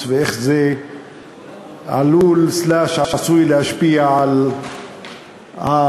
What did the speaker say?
ואיך זה עלול/עשוי להשפיע על המשא-ומתן.